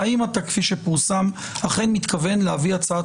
האם כפי שפורסם אתה אכן מתכוון להביא הצעת